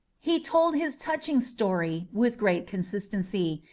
he told his touching story with great consistency,